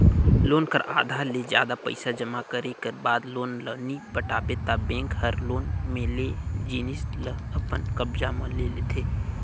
loan कर आधा ले जादा पइसा जमा करे कर बाद लोन ल नी पटाबे ता बेंक हर लोन में लेय जिनिस ल अपन कब्जा म ले लेथे